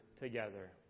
together